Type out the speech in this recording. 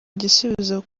gisubizo